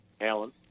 Alan